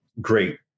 great